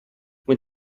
when